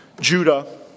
Judah